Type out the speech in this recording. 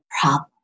problem